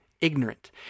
ignorant